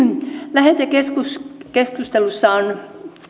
lähetekeskustelussa on